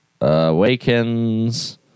Awakens